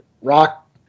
Rock